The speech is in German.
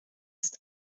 ist